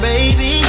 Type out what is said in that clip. Baby